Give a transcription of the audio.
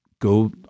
go